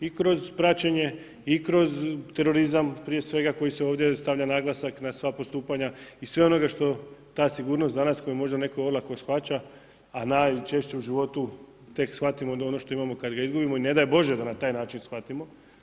I kroz praćenje i kroz terorizam prije svega koji se ovdje stavlja naglasak na sva postupanja i sve onoga što ta sigurnost danas koju možda neko olako shvaća, a najčešće u životu tek shvatimo ono što imamo kad ga izgubimo i ne daj Bože da na taj način shvatimo.